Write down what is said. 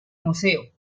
museo